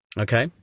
okay